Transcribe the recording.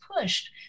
pushed